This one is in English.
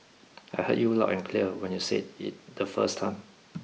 I heard you loud and clear when you said it the first time